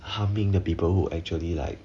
harming the people who actually like